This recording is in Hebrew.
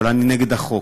אבל אני נגד החוק.